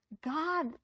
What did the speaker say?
God